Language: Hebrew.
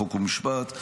חוק ומשפט,